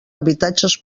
habitatges